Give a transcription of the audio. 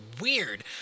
weird